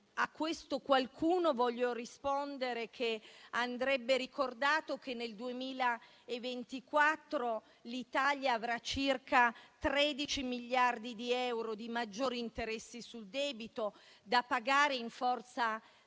a questo qualcuno voglio rispondere che andrebbe ricordato che nel 2024 l'Italia avrà circa 13 miliardi di euro di maggiori interessi sul debito da pagare in forza